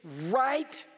right